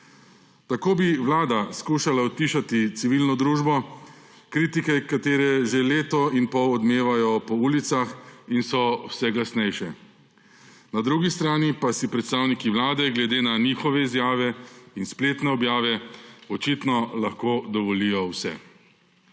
Tako bi vlada skušala utišati civilno družbo, kritike, katere že leto in pol odmevajo po ulicah in so vse glasnejše. Na drugi strani pa si predstavniki vlade glede na njihove izjave in spletne objave očitno lahko dovolijo vse.